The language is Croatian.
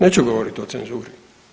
Neću govoriti o cenzuri.